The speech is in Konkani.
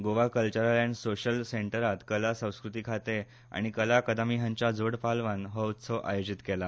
गोवाी कल्चरल अँण्ड सोशल सेंटरात कला संस्कृती खाते आनी कला अकादमी हांच्या जोडपालवान हो उत्सव आयोजीत केला